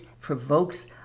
provokes